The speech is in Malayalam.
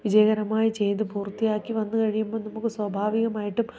വിജയകരമായി ചെയ്തു പൂർത്തിയാക്കി വന്നു കഴിയുമ്പോൾ നമുക്ക് സ്വാഭാവികമായിട്ടും